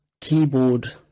keyboard